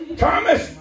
Thomas